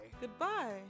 Goodbye